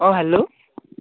অঁ হেল্ল'